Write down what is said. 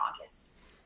August